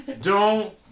Don't-